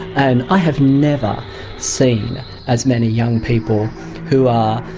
and i have never seen as many young people who are,